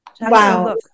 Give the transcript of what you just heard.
Wow